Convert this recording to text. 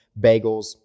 bagels